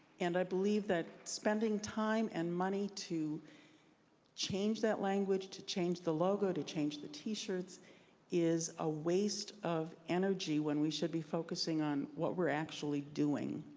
and i believe that spending time and money to change that language to change the logo, to change the t-shirts is a waste of energy when we should be focusing on what we're actually doing.